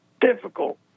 difficult